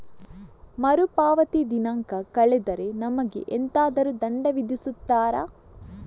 ಮರುಪಾವತಿ ದಿನಾಂಕ ಕಳೆದರೆ ನಮಗೆ ಎಂತಾದರು ದಂಡ ವಿಧಿಸುತ್ತಾರ?